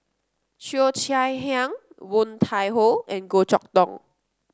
Cheo Chai Hiang Woon Tai Ho and Goh Chok Tong